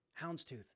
Houndstooth